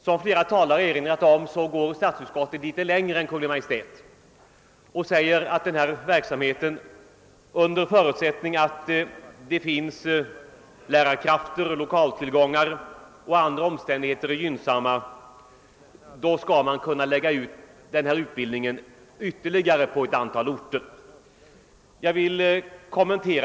Som flera talare erinrat om går statsutskottet litet längre än Kungl. Maj:t och förordar att denna verksamhet, under förutsättning att det finns tillgång till lärare och lokaler och att andra omständigheter är gynnsamma, skall kunna läggas ut på ytterligare ett antal orter.